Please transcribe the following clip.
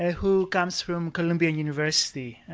who comes from columbia university.